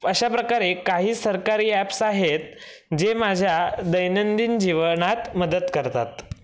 अश्या प्रकारे काही सरकारी ॲप्स आहेत जे माझ्या दैनंदिन जीवनात मदत करतात